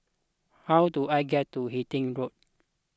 how do I get to Hythe Road